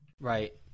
Right